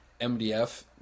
MDF